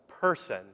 person